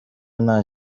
nta